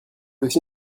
aussi